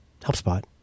HelpSpot